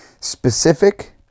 Specific